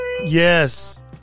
Yes